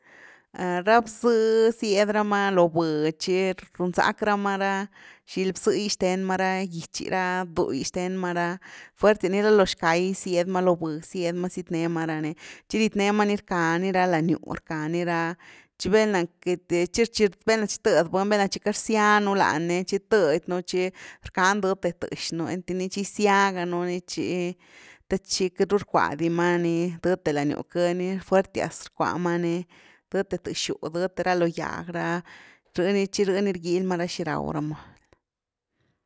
Ra bz-hë, zzied rama lo v’h tchi run zack rama ra xil-bz’h’gy xthen rama, ra gitchi ra du’gy shtenma ra, fuertias nicka lo zckayzied ma lo v’h zied ma sitne ma ra ni, tchi ritne ma ni rcka ni ra lany gyw, rcka ni ra, tchi velna queity velna tchi tëddybuny velna tchi queity rzyanu lanni, tchi tëddy nú tchi rckan dëdte th’xnu einty ni tchi gizyaga nu ni tchi te tchi queity ru rckua di ma ni dëthe lany gyw, que ni fuertias rckua ma ni dëthe th’xgyw dëthe ra lo gyag ra rh ni tchi rh’ ni rgil rama ra xi raw rama.